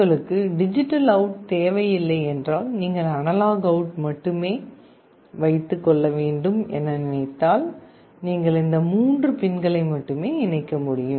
உங்களுக்கு digital out தேவையில்லை என்றால் நீங்கள் அனலாக் அவுட் மட்டுமே வேண்டும் என நினைத்தால் நீங்கள் இந்த மூன்று பின்களை மட்டுமே இணைக்க முடியும்